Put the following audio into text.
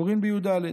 קוראין בי"ד,